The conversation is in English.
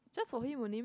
just for him only meh